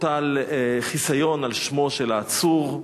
הוטל חיסיון על שמו של העצור?